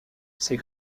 ses